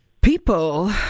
people